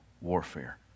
warfare